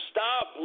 Stop